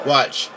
Watch